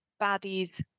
baddies